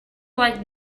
like